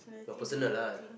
your personal lah